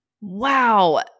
Wow